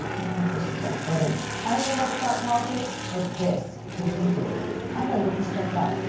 wonder if this is authentic? i don't know much about politics, but this could be big. i got to get this checked out.